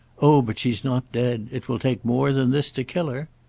oh but she's not dead! it will take more than this to kill her.